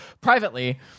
privately